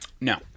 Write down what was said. No